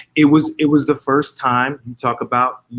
it was it was the first time you talk about,